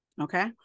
Okay